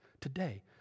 today